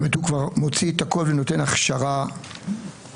כלומר הוא מוציא הכול ונותן הכשרה למרד.